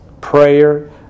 Prayer